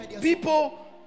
people